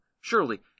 Surely